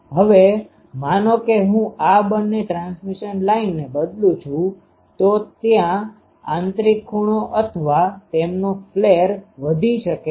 હવે માનો કે હું આ બંને ટ્રાન્સમિશન લાઈનને બદલુ છું તો ત્યાં આંતરિક ખૂણો અથવા તેમનો ફ્લેરflareજ્વાળા વધી શકે છે